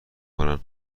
کنن